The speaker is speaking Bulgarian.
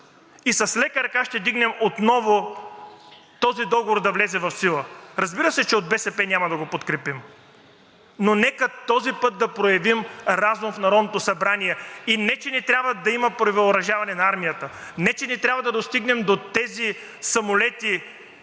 и с лека ръка ще вдигнем отново този договор да влезе в сила. Разбира се, че от БСП няма да го подкрепим. Но нека този път да проявим разум в Народното събрание. И не че не трябва да има превъоръжаване на Армията, не че не трябва да достигнем до тези самолети